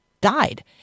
died